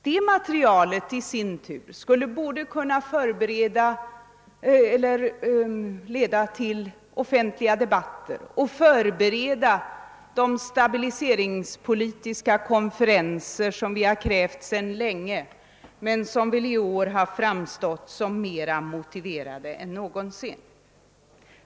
Detta material skulle i sin tur både kunna leda till offentliga debatter och förbereda de stabiliseringspolitiska konferenser som vi krävt sedan länge men som väl i år framstått som mer motiverade än någonsin.